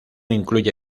incluye